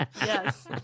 Yes